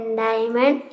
diamond